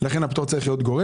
צריך פטור גורף.